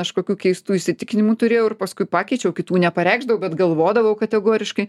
kažkokių keistų įsitikinimų turėjau ir paskui pakeičiau kitų nepareikšdavo bet galvodavau kategoriškai